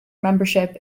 membership